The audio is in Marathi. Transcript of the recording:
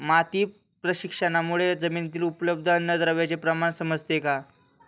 माती परीक्षणामुळे जमिनीतील उपलब्ध अन्नद्रव्यांचे प्रमाण समजते का?